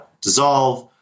dissolve